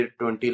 20